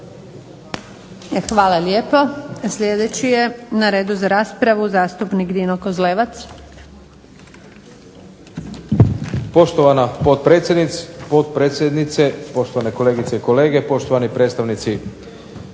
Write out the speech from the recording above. Hvala lijepo. Sljedeći je na redu za raspravu zastupnik Dino Kozlevac.